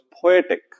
poetic